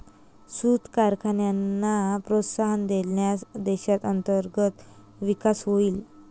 सूत कारखान्यांना प्रोत्साहन दिल्यास देशात अंतर्गत विकास होईल